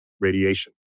radiation